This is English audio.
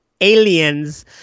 aliens